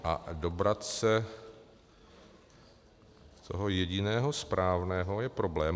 A dobrat se toho jediného správného je problém.